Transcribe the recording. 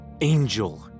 angel